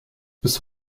bis